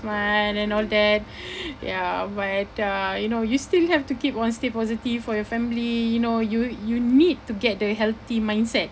month and all that ya but uh you know you still have to keep on stay positive for your family you know you you need to get the healthy mindset